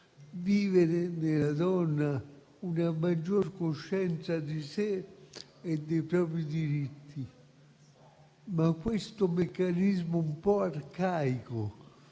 vivere nella donna una maggiore coscienza di sé e dei propri diritti, ma questo meccanismo un po' arcaico,